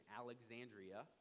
Alexandria